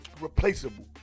replaceable